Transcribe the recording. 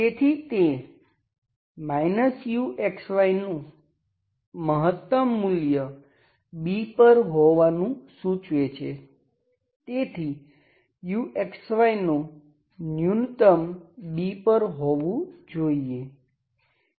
તેથી તે u નું મહત્તમ મૂલ્ય B પર હોવાનું સૂચવે છે તેથી u નું ન્યુનત્તમ B પર હોવું જોઈએ